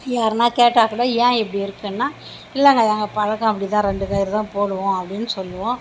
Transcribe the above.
யாருனா கேட்டால் கூட ஏன் இப்படி இருக்குனா இல்லைங்க எங்கள் பழக்கம் அப்படி தான் ரெண்டு கயிறுதான் போடுவோம் அப்படின்னு சொல்வோம்